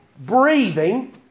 breathing